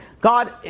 God